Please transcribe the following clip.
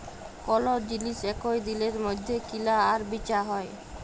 call জিলিস একই দিলের মইধ্যে কিলা আর বিচা হ্যয়